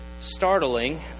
startling